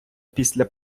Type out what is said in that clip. після